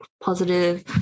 positive